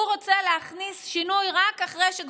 הוא רוצה להכניס שינוי שרק אחרי שהוא